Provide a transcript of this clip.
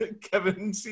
Kevin